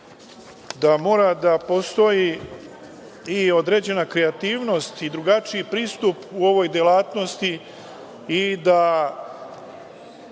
da mora da postoji i određena kreativnost i drugačiji pristup u ovoj delatnosti i da